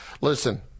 Listen